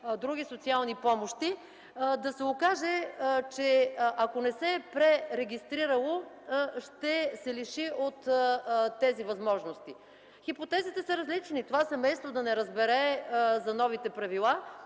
други социални помощи, да се окаже, че ако не се е пререгистрирало, ще се лиши от тези възможности. Хипотезите са различни – това семейство да не разбере за новите правила